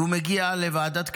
והוא מגיע לוועדת כספים.